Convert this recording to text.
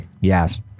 yes